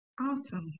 Awesome